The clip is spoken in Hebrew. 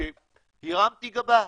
הרמתי גבה.